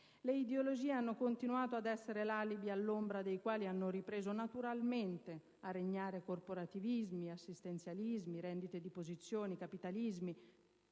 Le ideologie hanno continuato ad essere gli alibi all'ombra dei quali hanno ripreso «naturalmente» a regnare corporativismi, assistenzialismi, rendite di posizione, capitalismi